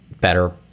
better